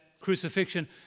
crucifixion